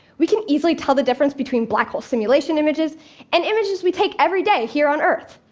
we can easily tell the difference between black hole simulation images and images we take every day here on earth.